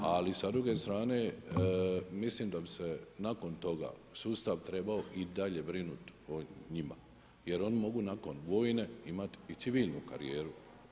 Ali sa druge strane mislim da bi se nakon toga sustav trebao i dalje brinuti o njima, jer oni mogu nakon vojne imati i civilnu karijeru.